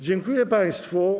Dziękuję państwu.